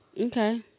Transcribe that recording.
Okay